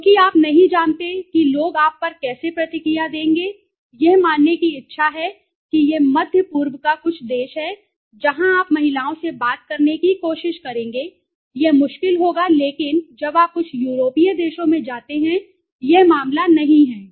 क्योंकि आप नहीं जानते कि लोग आप पर कैसे प्रतिक्रिया देंगे यह मानने की इच्छा है कि यह मध्य पूर्व का कुछ देश है जहाँ आप महिलाओं से बात करने की कोशिश करेंगे यह मुश्किल होगा लेकिन जब आप कुछ यूरोपीय देशों में जाते हैं यह मामला नहीं है